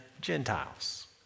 Gentiles